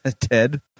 Ted